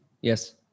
Yes